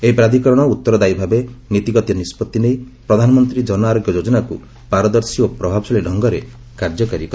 ଏହି ପ୍ରାଧିକରଣ ଉତ୍ତରଦାୟି ଭାବେ ନୀତିଗତ ନିଷ୍ପଭି ନେଇ ପ୍ରଧାନମନ୍ତ୍ରୀ ଜନ ଆରୋଗ୍ୟ ଯୋଜନାକୁ ପାରଦର୍ଶୀ ଓ ପ୍ରଭାବଶାଳୀ ଢଙ୍ଗରେ କାର୍ଯ୍ୟକାରୀ କରିବେ